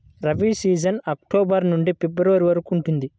rabi season October నుండి February వరకు ఉంటుంది